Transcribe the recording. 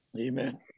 Amen